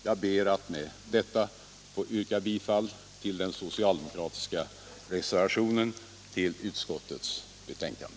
Jag ber att med detta få yrka bifall till den socialdemokratiska reservationen till utskottets betänkande.